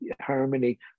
harmony